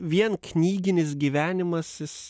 vien knyginis gyvenimas jis